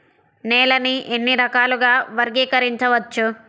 నేలని ఎన్ని రకాలుగా వర్గీకరించవచ్చు?